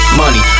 money